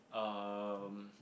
um